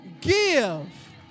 Give